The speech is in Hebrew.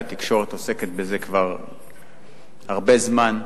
והתקשורת עוסקת בזה כבר הרבה זמן.